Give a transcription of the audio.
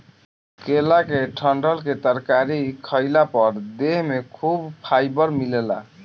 केला के डंठल के तरकारी खइला पर देह में खूब फाइबर मिलेला